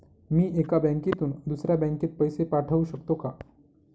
मी एका बँकेतून दुसऱ्या बँकेत पैसे पाठवू शकतो का?